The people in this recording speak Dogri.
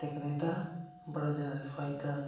लेकिन एहदा बड़ा ज्यादा फायदा